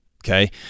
Okay